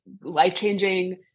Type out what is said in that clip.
life-changing